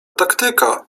taktyka